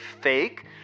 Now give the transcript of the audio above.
fake